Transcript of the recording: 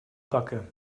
backe